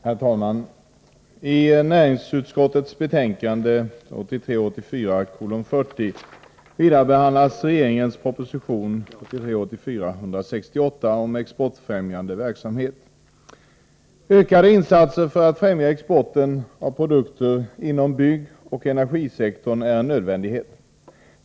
Herr talman! I näringsutskottets betänkande 40 behandlas regeringens proposition 1983/84:168 om exportfrämjande verksamhet. Ökade insatser för att främja exporten av produkter inom byggoch energisektorn är en nödvändighet.